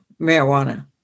marijuana